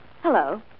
Hello